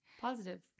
Positive